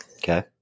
Okay